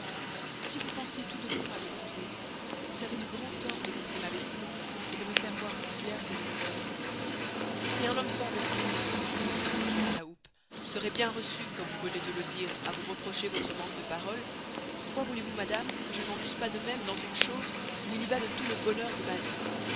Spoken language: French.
si vous pensiez tout de bon à m'épouser vous avez eu grand tort de m'oster ma bestise et de me faire voir plus clair que je ne voyois si un homme sans esprit répondit riquet à la houppe seroit bien receu comme vous venez de le dire à vous reprocher vostre manque de parole pourquoi voulez-vous madame que je n'en use pas de mesme dans une chose où il y va de tout le bonheur de ma vie